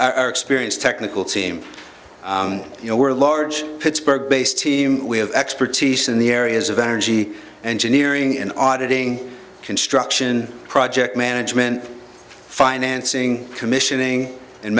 experience technical team you know we're a large pittsburgh based team we have expertise in the areas of energy and to nearing and auditing construction project management financing commissioning and